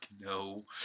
no